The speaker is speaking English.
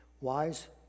wise